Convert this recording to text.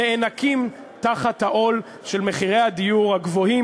נאנקים תחת העול של מחירי הדיור הגבוהים